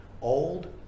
old